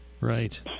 right